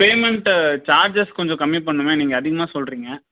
payment charges கொஞ்சம் கம்மி பண்ணனுமே நீங்கள் அதிகமாக சொல்லுறீங்க